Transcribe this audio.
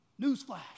Newsflash